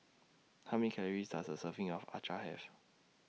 How Many Calories Does A Serving of Acar Have